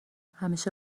همیشه